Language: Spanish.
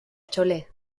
chole